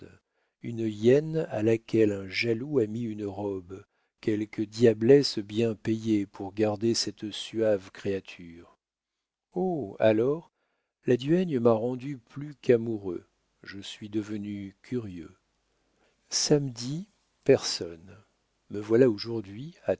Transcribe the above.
une hyène à laquelle un jaloux a mis une robe quelque diablesse bien payée pour garder cette suave créature oh alors la duègne m'a rendu plus qu'amoureux je suis devenu curieux samedi personne me voilà aujourd'hui